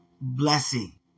blessing